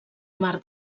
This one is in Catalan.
mar